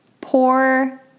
pour